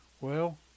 Well